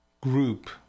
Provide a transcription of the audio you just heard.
group